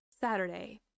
Saturday